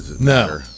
No